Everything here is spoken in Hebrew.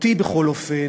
אותי בכל אופן,